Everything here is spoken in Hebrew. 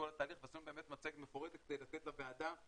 את כל התהליך, ועשינו מצגת מפורטת כדי לתת לוועדה,